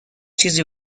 چیزی